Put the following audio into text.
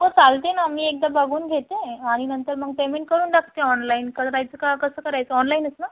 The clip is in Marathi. हो चालते न मी एकदा बघून घेते आणि नंतर मग पेमेंट करून टाकते ऑनलाईन करायचं का कसं करायचं ऑनलाईनचं ना